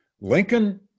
Lincoln